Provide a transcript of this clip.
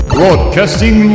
Broadcasting